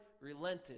relented